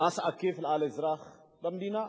עקיף על אזרח במדינה.